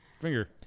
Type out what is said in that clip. Finger